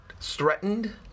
threatened